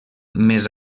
més